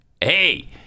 Hey